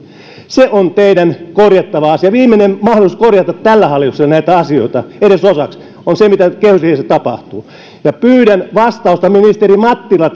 se on teidän korjattavanne asia viimeinen mahdollisuus tällä hallituksella korjata näitä asioita edes osaksi on se mitä kehysriihessä tapahtuu pyydän vastausta ministeri mattila